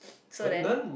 so then